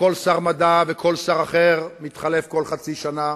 שכל שר מדע וכל שר אחר מתחלף כל חצי שנה.